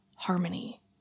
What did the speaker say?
Harmony